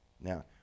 Now